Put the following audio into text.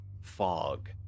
fog